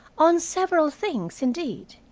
on several things, indeed.